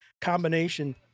combination